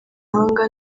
n’amahanga